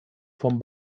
vom